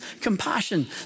compassion